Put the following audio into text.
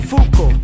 Fuko